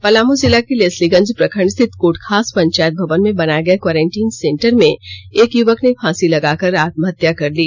पलामू जिला के लेस्लीगंज प्रखंड स्थित कोटखास पंचायत भवन में बनाए गए क्वारेन्टीन सेंटर में एक युवक ने फांसी लगाकर आत्महत्या कर ली